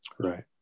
Right